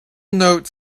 note